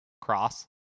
cross